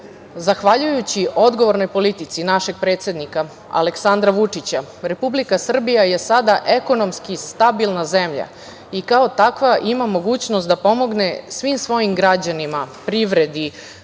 isplaćena. Zahvaljujući odgovornoj politici našeg predsednika Aleksandra Vučića, Republika Srbija je sada ekonomski stabilna zemlja, i kao takva ima mogućnost da pomogne svim svojim građanima, privredi,